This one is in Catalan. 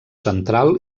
central